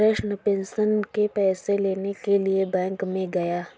Krishna pension के पैसे लेने के लिए बैंक में गया